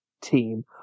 team